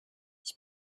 ich